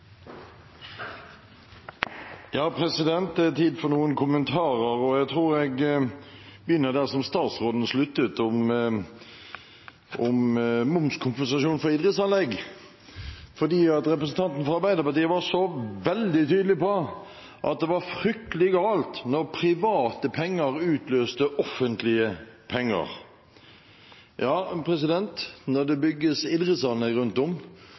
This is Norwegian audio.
tid for noen kommentarer, og jeg tror jeg begynner der som statsråden sluttet, med momskompensasjon for idrettsanlegg. Representanten fra Arbeiderpartiet var så veldig tydelig på at det var fryktelig galt når private penger utløste offentlige penger. Ja, når det bygges idrettsanlegg rundt om,